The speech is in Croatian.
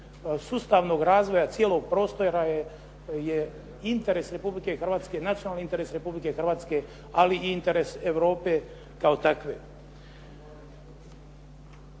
sustavnog razvoja cijelog prostora je interes Republike Hrvatske, nacionalni interes Republike Hrvatske, ali i interes Europe kao takve.